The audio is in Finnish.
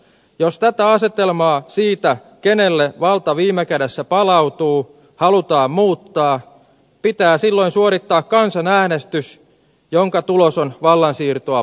jos tätä asetelmaa siitä kenelle valta viime kädessä palautuu halutaan muuttaa pitää silloin suorittaa kansanäänestys jonka tulos on vallan siirtoa puoltava